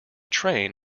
train